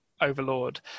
overlord